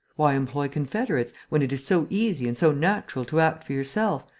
why employ confederates, when it is so easy and so natural to act for yourself,